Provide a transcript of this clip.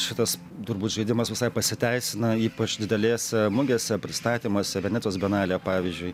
šitas turbūt žaidimas visai pasiteisina ypač didelėse mugėse pristatymuose venecijos bianalėje pavyzdžiui